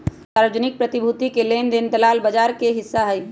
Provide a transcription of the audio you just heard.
सार्वजनिक प्रतिभूति के लेन देन दलाल बजार के हिस्सा हई